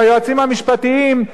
והיועצים המשפטיים,